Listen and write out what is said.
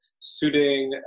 suiting